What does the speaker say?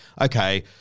Okay